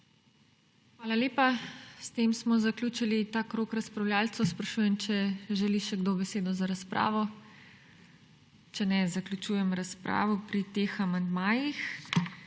Hvala lepa. S tem smo zaključili ta krog razpravljavcev. Sprašujem, če želi še kdo besedo za razpravo. Če ne, zaključujem razpravo pri teh amandmajih.